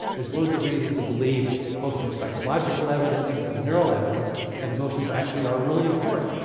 there's loads of reasons to believe both from psychological evidence and from neural evidence that emotions actually are really important,